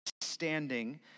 standing